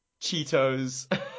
Cheetos